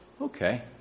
Okay